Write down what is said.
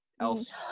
else